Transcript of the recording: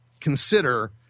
consider